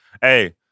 Hey